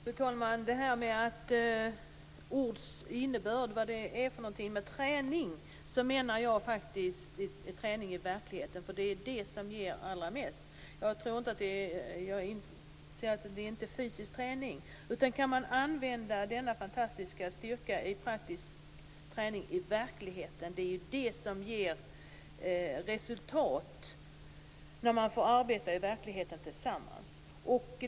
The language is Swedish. Fru talman! Det kan ibland vara fråga om ords innebörd. Med träning menar jag träning i verkligheten. Det är det som ger allra mest. Det är inte fråga om fysisk träning. Det är fråga om att kunna använda denna fantastiska styrka i praktisk träning i verkligheten. Det som ger resultat är när de får arbeta tillsammans i verkligheten.